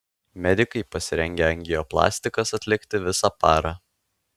medikai pasirengę angioplastikas atlikti visą parą